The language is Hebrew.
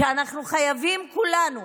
שאנחנו חייבים, כולנו,